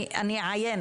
אני אעיין